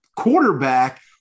quarterback